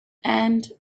and